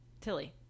tilly